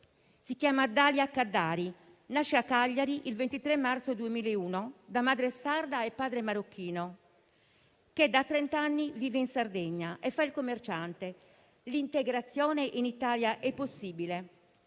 Si chiama Dalia Kaddari. Nasce a Cagliari il 23 marzo 2001 da madre sarda e padre marocchino che da trent'anni vive in Sardegna e fa il commerciante. L'integrazione in Italia è possibile.